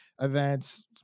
events